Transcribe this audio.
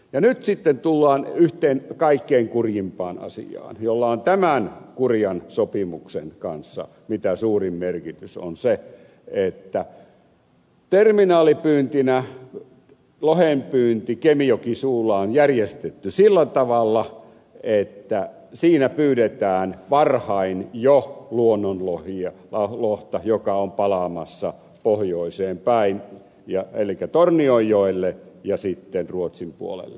nyt sitten tullaan yhteen kaikkein kurjimpaan asiaan jolla on tämän kurjan sopimuksen kanssa mitä suurin merkitys eli siihen että terminaalipyyntinä lohenpyynti kemijokisuulla on järjestetty sillä tavalla että siinä pyydetään varhain jo luonnonlohta joka on palaamassa pohjoiseen päin elikkä tornionjoelle ja sitten ruotsin puolelle